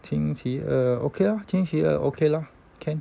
星期二 okay ah 星期二 okay lah can